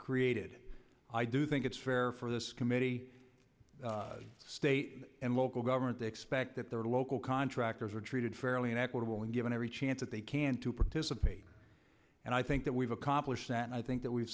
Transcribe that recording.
created i do think it's fair for this committee state and local government to expect that their local contractors are treated fairly and equitably and given every chance they can to participate and i think that we've accomplished and i think that we